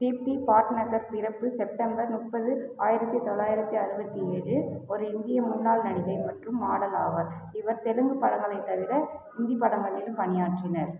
தீப்தி பட்நாகர் பிறப்பு செப்டம்பர் முப்பது ஆயிரத்து தொள்ளாயிரத்து அறுபத்தி ஏழு ஒரு இந்திய முன்னாள் நடிகை மற்றும் மாடல் ஆவார் இவர் தெலுங்கு படங்களை தவிர இந்தி படங்களிலும் பணியாற்றினர்